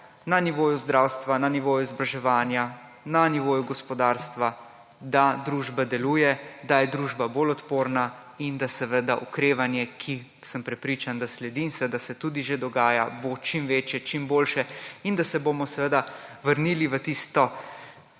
na nivoju zdravstva, na nivoju izobraževanja, na nivoju gospodarstva, da družba deluje, da je družba bolj odporna in da seveda okrevanje, ki sem prepričan, da sledi in seveda se tudi že dogaja, bo čim večje, čim boljše, in da se bomo seveda vrnili v tisto